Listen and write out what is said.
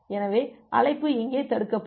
எனவே அழைப்பு இங்கே தடுக்கப்படும்